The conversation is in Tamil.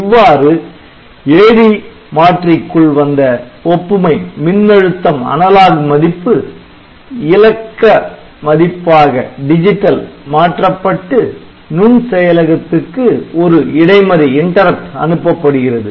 இவ்வாறு AD மாற்றிக்குள் வந்த ஒப்புமை மின்னழுத்தம் Analog மதிப்பு இலக்க மதிப்பாக மாற்றப்பட்டு நுண் செயலகத்துக்கு ஒரு இடை மறி அனுப்பப்படுகிறது